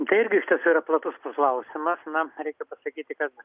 tai irgi šitas yra platus klausimas na reikia pasakyti kad